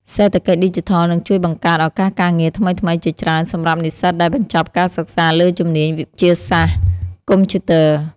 សេដ្ឋកិច្ចឌីជីថលនឹងជួយបង្កើតឱកាសការងារថ្មីៗជាច្រើនសម្រាប់និស្សិតដែលបញ្ចប់ការសិក្សាលើជំនាញវិទ្យាសាស្ត្រកុំព្យូទ័រ។